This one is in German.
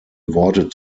worte